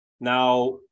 Now